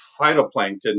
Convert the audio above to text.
phytoplankton